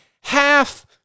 half